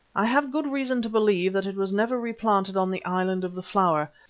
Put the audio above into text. i have good reason to believe that it was never replanted on the island of the flower,